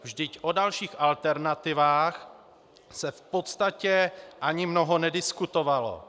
Vždyť o dalších alternativách se v podstatě ani mnoho nediskutovalo.